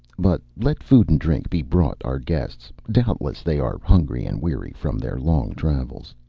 but let food and drink be brought our guests. doubtless they are hungry, and weary from their long travels.